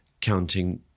counting